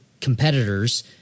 competitors –